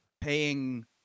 paying